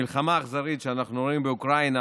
המלחמה האכזרית שאנחנו רואים באוקראינה